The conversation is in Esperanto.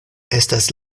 estas